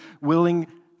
willing